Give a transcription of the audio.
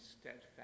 steadfast